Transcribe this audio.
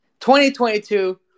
2022